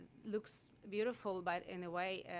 looks beautiful, but in a way,